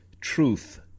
truth